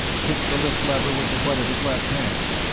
hit the lift lever with the butt of his left hand.